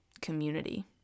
community